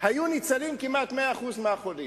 היו ניצלים כמעט 100% החולים.